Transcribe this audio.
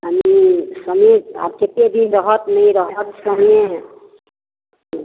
समय समय आब कते दिन रहत नहि रहत समय